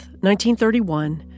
1931